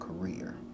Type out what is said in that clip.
career